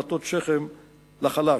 להטות שכם לחלש.